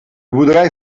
boerderij